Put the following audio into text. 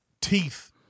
teeth